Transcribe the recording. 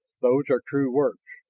those are true words.